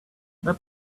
that